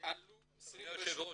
אדוני היושב ראש,